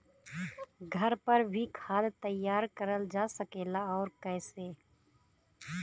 घर पर भी खाद तैयार करल जा सकेला और कैसे?